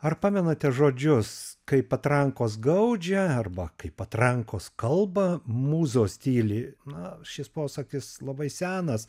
ar pamenate žodžius kai patrankos gaudžia arba kai patrankos kalba mūzos tyli na šis posakis labai senas